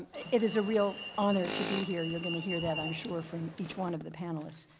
it is a real honor to be here. you're going to hear that i'm sure from each one of the panelists.